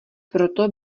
proto